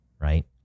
right